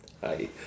hi